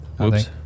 Oops